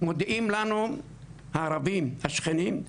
מודיעים לנו הערבים השכנים,